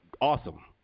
Awesome